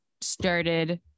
started